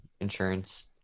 insurance